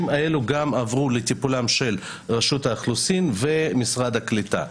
האלה עברו לטיפולם של רשות האוכלוסין ומשרד הקליטה.